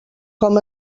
com